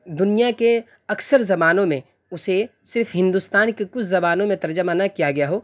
دنیا کے اکثر زبانوں میں اسے صرف ہندوستان کے کچھ زبانوں میں ترجمہ نہ کیا گیا ہو